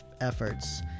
efforts